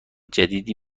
جدیدی